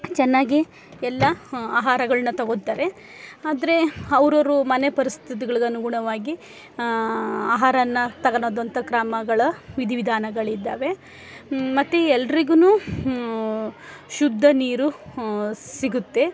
ಚೆನ್ನಾಗಿ ಎಲ್ಲ ಆಹಾರಗಳನ್ನ ತಗೋತಾರೆ ಆದರೆ ಅವ್ರವರ ಮನೆ ಪರಿಸ್ಥಿತಿಗಳಿಗೆ ಅನುಗುಣವಾಗಿ ಆಹಾರವನ್ನ ತಗೋಳದು ಅಂಥ ಕ್ರಮಗಳ ವಿಧಿ ವಿಧಾನಗಳಿದ್ದಾವೆ ಮತ್ತು ಎಲ್ರಿಗೂ ಶುದ್ಧ ನೀರು ಸಿಗುತ್ತೆ